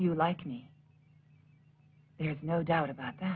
you like me there is no doubt about that